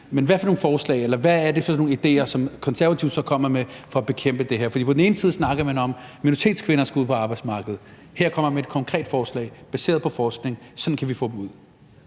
Men hvad er det for nogle idéer, som Konservative kommer med for at bekæmpe det her? For man snakker om, at minoritetskvinder skal ud på arbejdsmarkedet. Her kommer jeg med et konkret forslag baseret på forskning – sådan kan vi få dem ud.